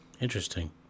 Interesting